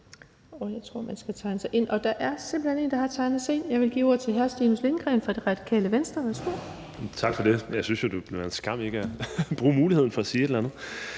Jeg tror, man skal tegne sig ind, og der er simpelt hen en, der har tegnet sig ind. Jeg vil give ordet til hr. Stinus Lindgreen fra Radikale Venstre. Værsgo. Kl. 16:07 Stinus Lindgreen (RV): Tak for det. Jeg synes jo, det ville være en skam ikke at bruge muligheden for at sige et eller andet.